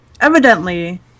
evidently